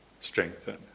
strengthen